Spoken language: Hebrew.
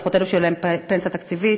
לפחות אלו שאין להם פנסיה תקציבית,